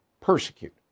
persecute